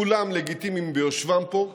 כולם לגיטימיים ביושבם פה,